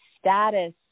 status